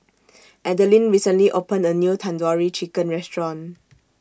Adalynn recently opened A New Tandoori Chicken Restaurant